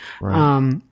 Right